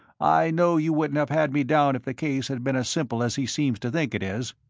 i know you wouldn't have had me down if the case had been as simple as he seems to think it is.